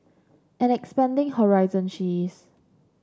and expanding horizon she is